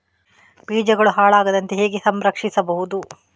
ಬೀಜಗಳು ಹಾಳಾಗದಂತೆ ಹೇಗೆ ಸಂರಕ್ಷಿಸಬಹುದು?